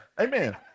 amen